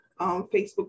Facebook